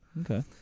Okay